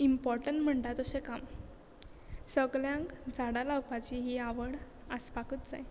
important म्हणटा तशें काम सगळ्यांक झाडां लावपाची ही आवड आसपाकूच जाय